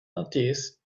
notice